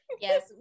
Yes